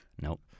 Nope